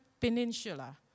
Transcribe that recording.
Peninsula